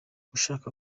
ushaka